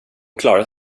klarar